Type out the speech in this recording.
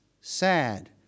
Sad